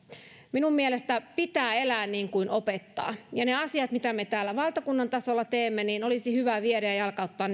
minun mielestäni pitää elää niin kuin opettaa ja ne asiat mitä me täällä valtakunnan tasolla teemme olisi hyvä viedä ja jalkauttaa